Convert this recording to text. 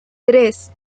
tres